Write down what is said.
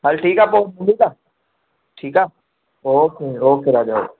हल ठीकु आहे पोइ मिलूं था ठीकु आहे ओके ओके राजा ओके